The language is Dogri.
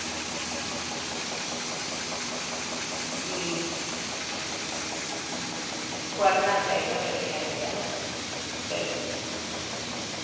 पढ़ना चाहिदा बच्चें ई अज्जकल ते